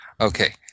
Okay